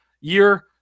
year